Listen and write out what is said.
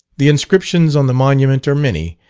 the inscriptions on the monument are many,